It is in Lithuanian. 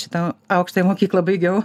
šitą aukštąją mokyklą baigiau